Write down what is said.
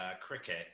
cricket